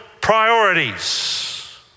priorities